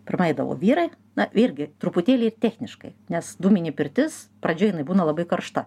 pirma eidavo vyrai na vėlgi truputėlį ir techniškai nes dūminė pirtis pradžioj jinai būna labai karšta